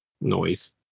noise